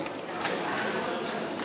אגבאריה לסעיף 1 לא נתקבלה.